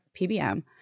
PBM